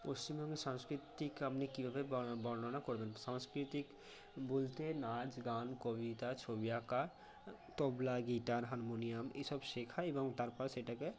পশ্চিমবঙ্গের সংস্কৃতিকে আপনি কীভাবে বর্ণনা করবেন সংস্কৃতি বলতে নাচ গান কবিতা ছবি আঁকা তবলা গিটার হারমোনিয়াম এই সব শেখায় এবং তারপরে সেটাকে